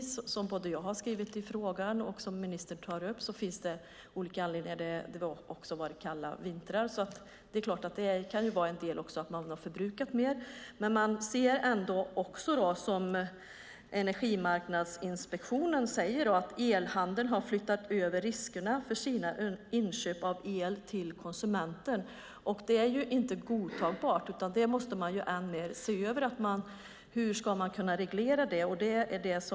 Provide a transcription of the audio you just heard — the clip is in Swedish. Som jag skriver i interpellationen och som ministern tar upp finns det olika anledningar. Det har dessutom varit kalla vintrar. Det är klart att det kan vara en anledning till att mer el förbrukats. Energimarknadsinspektionen säger att elhandeln har flyttat över riskerna avseende sina inköp av el till konsumenten. Detta är inte godtagbart. Man måste ännu mer se över det här och se hur det kan regleras.